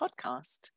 podcast